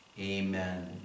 amen